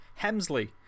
Hemsley